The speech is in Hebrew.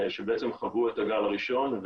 שבעצם חוו את הגל הראשון,